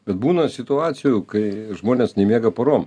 bet būna situacijų kai žmonės nemiega porom